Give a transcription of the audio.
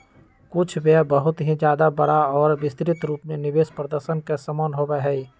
कुछ व्यय बहुत ही ज्यादा बड़ा और विस्तृत रूप में निवेश प्रदर्शन के समान होबा हई